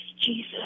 Jesus